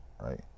Right